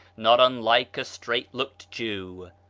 not unlike a straight-looked jew.